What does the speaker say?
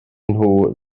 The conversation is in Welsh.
nhw